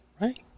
right